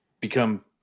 become